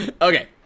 Okay